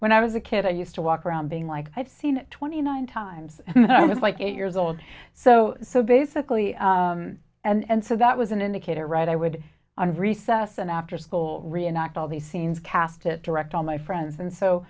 when i was a kid i used to walk around being like i've seen twenty nine times i was like eight years old so so basically and so that was an indicator right i would on recess and after school reenact all the scenes cast it direct all my friends and so